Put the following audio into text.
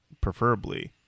preferably